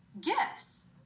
gifts